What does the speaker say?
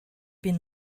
bin